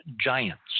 giants